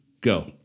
Go